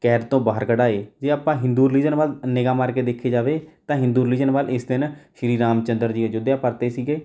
ਕੈਦ ਤੋਂ ਬਾਹਰ ਕਢਵਾਏ ਜੇ ਆਪਾਂ ਹਿੰਦੂ ਰਲੀਜਨ ਵੱਲ ਨਿਗਾਹ ਮਾਰ ਕੇ ਦੇਖੀ ਜਾਵੇ ਤਾਂ ਹਿੰਦੂ ਰਲੀਜਨ ਵੱਲ਼ ਇਸ ਦਿਨ ਸ਼੍ਰੀ ਰਾਮ ਚੰਦਰ ਜੀ ਅਯੁਧਿਆ ਪਰਤੇ ਸੀਗੇ